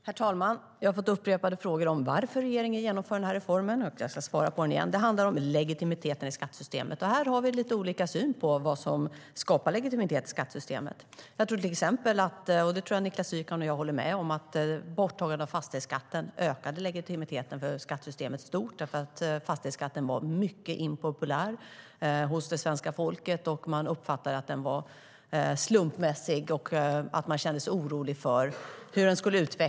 Herr talman! Jag har fått upprepade frågor om varför regeringen genomför den här reformen. Jag ska svara igen. Det handlar om legitimiteten i skattesystemet. Vi har lite olika syn på vad som skapar legitimitet i skattesystemet. Jag tror till exempel att borttagandet av fastighetsskatten ökade legitimiteten för skattesystemet i stort - jag tror att Niklas Wykman håller med om det. Fastighetsskatten var nämligen mycket impopulär hos det svenska folket. Man uppfattade den som slumpmässig. Man kände sig orolig för hur den skulle utvecklas.